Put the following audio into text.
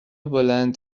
بلند